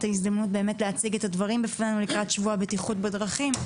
ההזדמנות להציג את הדברים בפנינו לקראת שבוע הבטיחות בדרכים.